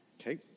okay